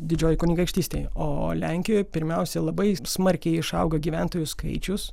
didžiojoj kunigaikštystėje o lenkijoj pirmiausia labai smarkiai išaugo gyventojų skaičius